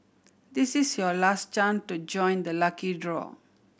this is your last chance to join the lucky draw